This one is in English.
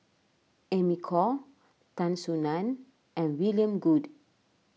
Amy Khor Tan Soo Nan and William Goode